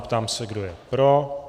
Ptám se, kdo je pro?